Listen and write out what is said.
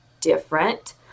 different